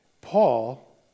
Paul